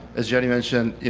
as jerry mentioned,